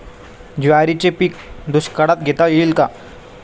ज्वारीचे पीक दुष्काळात घेता येईल का?